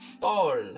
Fall